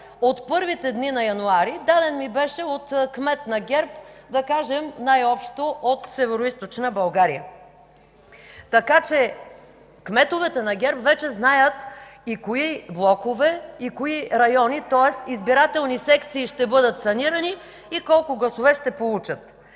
от първите дни на януари (показва проект). Даден ми беше от кмет на ГЕРБ, да кажем най-общо, от Североизточна България. Така че кметовете на ГЕРБ вече знаят и кои блокове, и кои райони, тоест избирателни секции ще бъдат санирани и колко гласове ще получат.